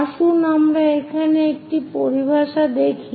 আসুন আমরা এখানে এই পরিভাষাটি দেখি